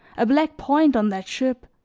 a black point on that ship